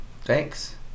Thanks